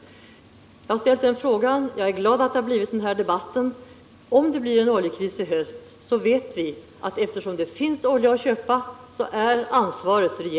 Jag är glad över att den här debatten har kommit till stånd. Om det blir en oljekris i höst så vet vi att ansvaret är regeringens, eftersom det finns olja att köpa.